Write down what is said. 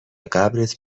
قبرت